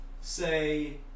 say